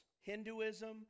Hinduism